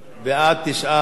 הצעת חוק למניעת הסתננות (עבירות ושיפוט) (תיקון מס' 4)